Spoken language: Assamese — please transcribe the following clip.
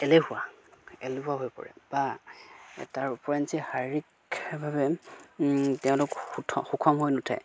এলেহুৱা এলেহুৱা হৈ পৰে বা তাৰ উপৰিঞ্চি শাৰীৰিকভাৱে তেওঁলোক সুঠ সুষম হৈ নুঠে